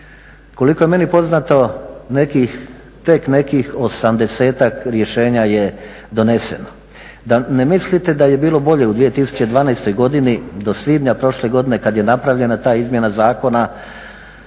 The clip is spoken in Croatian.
Koliko je meni poznato nekih, tek nekih osamdesetak rješenja je doneseno. Da ne mislite da je bilo bolje u 2012. godini, do svibnja prošle godine kad je napravljena ta izmjena zakona